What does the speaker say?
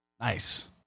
Nice